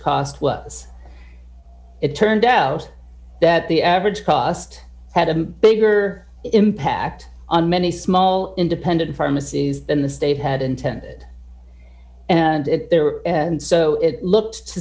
cost was it turned out that the average cost had a bigger impact on many small independent pharmacies than the state had intended and it they were and so it looked to